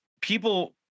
people